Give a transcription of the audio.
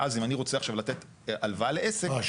ואז אם אני רוצה עכשיו לתת הלוואה לעסק --- אה,